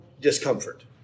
discomfort